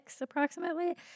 approximately